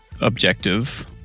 objective